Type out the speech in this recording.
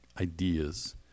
ideas